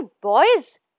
boys